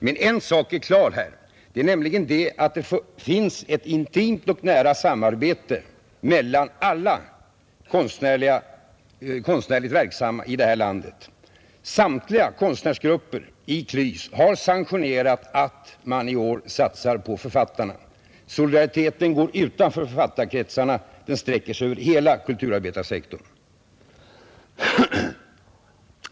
Men en sak är klar, nämligen att det finns ett intimt och nära samråd mellan alla konstnärligt verksamma i det här landet. Samtliga konstnärsgrupper inom KLYS har sanktionerat att man i år satsar på författarna. Solidariteten går utanför författarkretsen — den sträcker sig över hela kulturarbetarsektorn.